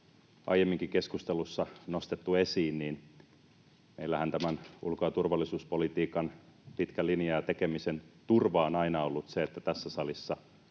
aiemminkin keskustelussa nostettu esiin, meillähän tämän ulko- ja turvallisuuspolitiikan pitkä linja ja tekemisen turva on aina ollut se, että tässä salissa